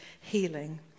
healing